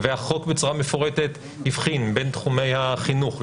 והחוק בצורה מפורטת הבחין בין תחומי החינוך,